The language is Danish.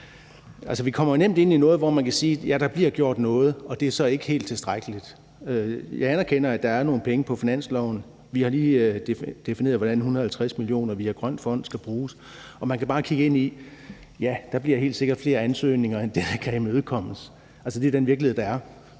Vi kommer nemt ind i noget, hvor man kan sige, at ja, der bliver gjort noget – og det er så ikke helt tilstrækkeligt. Jeg anerkender, at der er nogle penge på finansloven. Vi har lige defineret, hvordan 150 mio. kr. skal bruges via Grøn Fond, og man kan bare kigge ind i, at der helt sikkert bliver flere ansøgninger, end der kan imødekommes. Det er den virkelighed, der er,